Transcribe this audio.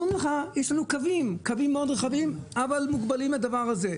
אומרים לך: יש לנו קווים רחבים מאוד אבל מוגבלים לדבר הזה.